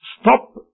stop